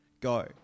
go